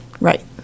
Right